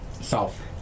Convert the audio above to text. South